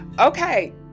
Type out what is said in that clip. Okay